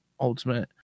ultimate